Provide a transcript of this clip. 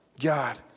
God